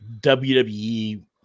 WWE